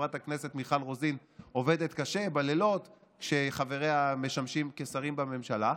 חברת הכנסת מיכל רוזין עובדת קשה בלילות כשחבריה משמשים כשרים בממשלה,